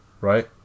right